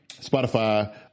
Spotify